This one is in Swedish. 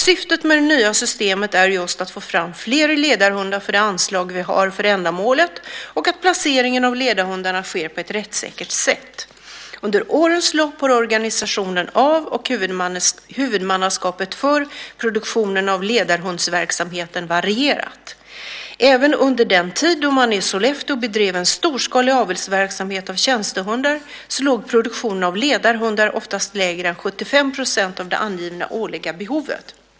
Syftet med det nya systemet är just att få fram fler ledarhundar för det anslag vi har för ändamålet och att placeringen av ledarhundar sker på ett rättssäkert sätt. Under årens lopp har organisationen av och huvudmannaskapet för produktionen av ledarhundsverksamheten varierat. Även under den tid då man i Sollefteå bedrev en storskalig avelsverksamhet av tjänstehundar låg produktionen av ledarhundar oftast lägre än 75 % av det angivna årliga behovet.